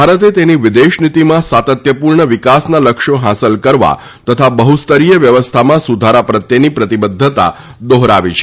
ભારતે તેની વિદેશનીતીમાં સાતત્યપુર્ણ વિકાસના લક્ષ્યો હાંસલ કરવા તથા બહ્સ્તરીય વ્યવસ્થામાં સુધારા પ્રત્યેની પ્રતિબધ્ધતા દોહરાવી છે